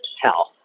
health